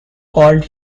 called